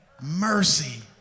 mercy